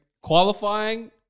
Qualifying